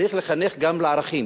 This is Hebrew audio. צריך לחנך גם לערכים,